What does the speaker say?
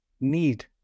need